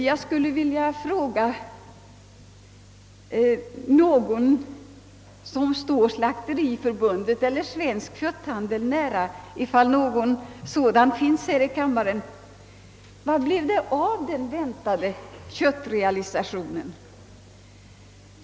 Jag skulle vilja fråga någon som står Slakteriförbundet eller Svensk kötthandel nära — om någon sådan ledamot är närvarande i kammaren — vad det blev av den väntade köttrealisationen?